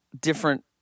different